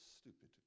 stupid